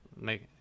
make